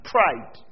Pride